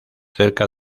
cerca